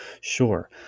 Sure